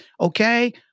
okay